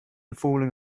falling